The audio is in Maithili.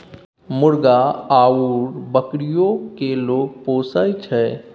मुर्गा आउर बकरीयो केँ लोग पोसय छै